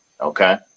Okay